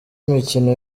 imikino